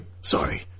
Sorry